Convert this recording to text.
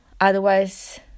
Otherwise